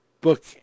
book